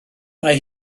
mae